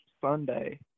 Sunday